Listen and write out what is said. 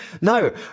no